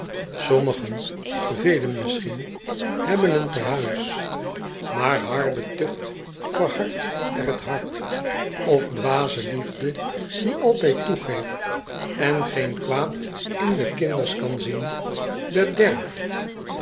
sommigen velen misschien hebben een te huis maar harde tucht verhardt er het hart of dwaze liefde die altijd toegeeft en geen kwaad in de kinders kan zien bederft